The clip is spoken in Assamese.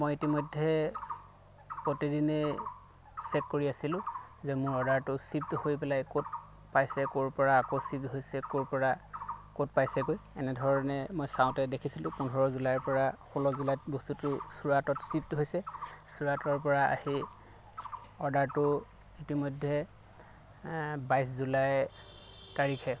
মই ইতিমধ্যে প্ৰতিদিনে চেক কৰি আছিলোঁ যে মোৰ অৰ্ডাৰটো ছিপ্ড হৈ পেলাই ক'ত পাইছে ক'ৰ পৰা আকৌ ছিপ্ড হৈছে ক'ৰ পৰা ক'ত পাইছেগৈ এনেধৰণে মই চাওঁতে দেখিছিলোঁ পোন্ধৰ জুলাইৰ পৰা ষোল্ল জুলাইত বস্তুটো চুৰাটত ছিপ্ড হৈছিলে চুৰাটৰ পৰা আহি অৰ্ডাৰটো ইতিমধ্যে বাইছ জুলাই তাৰিখে